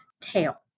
tail